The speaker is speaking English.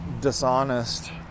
dishonest